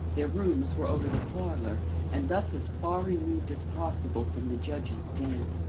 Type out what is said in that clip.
their rooms were over the parlour and thus as far removed as possible from the judge's den.